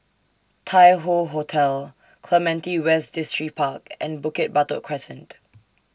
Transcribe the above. Tai Hoe Hotel Clementi West Distripark and Bukit Batok Crescent